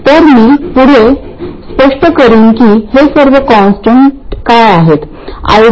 तर मी पुढे स्पष्ट करीन की हे सर्व कॉन्स्टंट काय आहेत